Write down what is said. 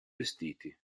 vestiti